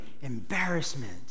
embarrassment